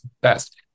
best